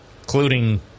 including